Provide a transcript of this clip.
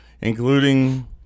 including